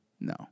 no